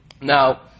Now